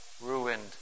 ruined